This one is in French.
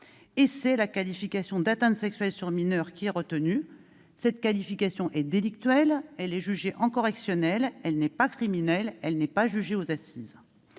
et c'est la qualification d'atteinte sexuelle sur mineur qui est retenue. Cette qualification délictuelle est jugée en correctionnelle ; elle n'est pas criminelle et n'est donc pas jugée en cour d'assises.